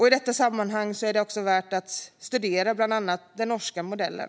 I detta sammanhang är det värt att studera bland annat den norska modellen.